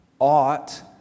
ought